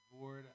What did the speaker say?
Board